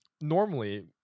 normally